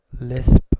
lisp